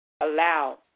Allow